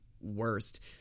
worst